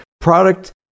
product